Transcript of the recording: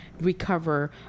recover